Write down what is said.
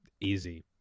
Easy